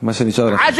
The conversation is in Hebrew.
שאני צריך לדבר עברית.